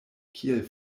kiel